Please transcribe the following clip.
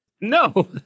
No